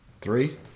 three